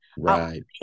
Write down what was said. Right